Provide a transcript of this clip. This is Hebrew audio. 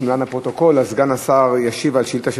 למען הפרוטוקול: סגן השר ישיב על שאילתה של